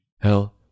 Hell